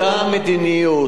אותה מדיניות,